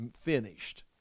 finished